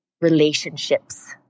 relationships